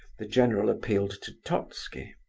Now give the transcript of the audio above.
the general appealed to totski.